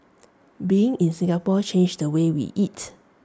being in Singapore changed the way we eat